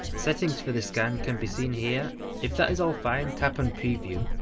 settings for the scan can be seen here if that is all fine tap on preview.